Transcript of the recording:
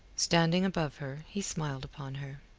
standing above her he smiled upon her.